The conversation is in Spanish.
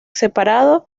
separado